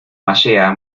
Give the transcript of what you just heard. mayea